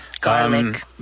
Garlic